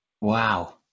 Wow